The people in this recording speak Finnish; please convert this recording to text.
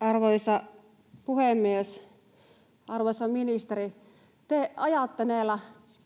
Arvoisa puhemies! Arvoisa ministeri, te ajatte näillä